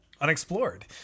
unexplored